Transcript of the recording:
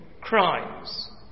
crimes